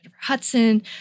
Hudson